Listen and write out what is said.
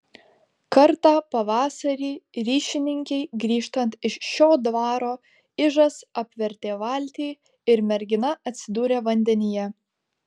kartą pavasarį ryšininkei grįžtant iš šio dvaro ižas apvertė valtį ir mergina atsidūrė vandenyje